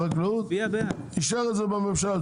-- אישר את זה בממשלה.